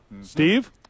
Steve